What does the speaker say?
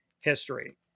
history